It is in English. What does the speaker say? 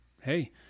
hey